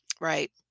Right